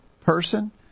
person